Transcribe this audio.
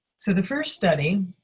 so the first study